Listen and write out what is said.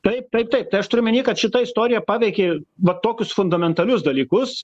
taip taip taip tai aš turiu omeny kad šita istorija paveikė va tokius fundamentalius dalykus